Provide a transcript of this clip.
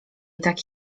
tak